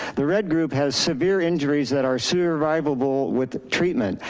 the red group has severe injuries that are survivable with treatment.